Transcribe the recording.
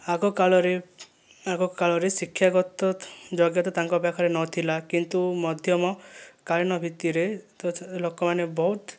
ଆଗକାଳରେ ଆଗକାଳରେ ଶିକ୍ଷାଗତ ଯୋଗ୍ୟତା ତାଙ୍କ ପାଖରେ ନଥିଲା କିନ୍ତୁ ମଧ୍ୟମ କାଳୀନ ଭିତ୍ତିରେ ଲୋକମାନେ ବହୁତ